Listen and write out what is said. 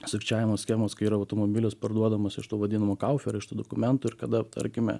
sukčiavimo schemos kai yra automobilis parduodamas iš tų vadinamų kauferių iš tų dokumentų ir kada tarkime